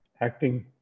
acting